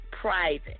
private